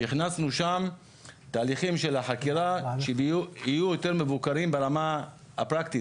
שהכנסנו שם תהליכים של החקירה שהם יהיו יותר מבוקרים ברמה הפרקטית,